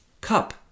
cup